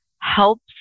helps